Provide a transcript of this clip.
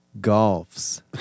golfs